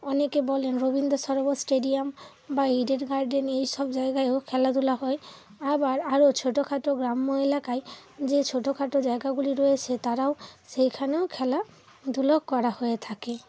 অনেকে বলেন রবীন্দ্র সরোবর স্টেডিয়াম বা ইডেন গার্ডেন এই সব জায়গায়ও খেলাধুলা হয় আবার আরও ছোটোখাটো গ্রাম্য এলাকায় যে ছোটোখাটো জায়গাগুলি রয়েছে তারাও সেখানেও খেলাধুলা করা হয়ে থাকে